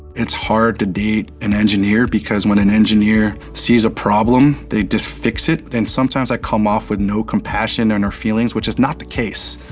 it's hard to date an engineer, because when an engineer sees a problem, they just fix it, and sometimes i come off with no compassion or feelings, which is not the case.